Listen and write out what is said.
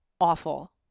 awful